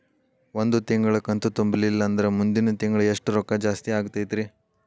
ಒಂದು ತಿಂಗಳಾ ಕಂತು ತುಂಬಲಿಲ್ಲಂದ್ರ ಮುಂದಿನ ತಿಂಗಳಾ ಎಷ್ಟ ರೊಕ್ಕ ಜಾಸ್ತಿ ಆಗತೈತ್ರಿ?